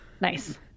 nice